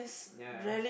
ya